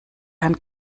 herrn